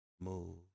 move